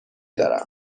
دارم